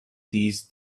these